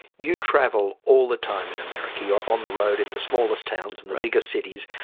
you travel all the time in america. you're on the road in the smallest towns and the biggest cities.